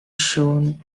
shown